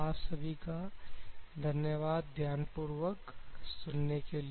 आप सभी का धन्यवाद ध्यानपूर्वक सुनने के लिए